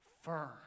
firm